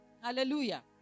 Hallelujah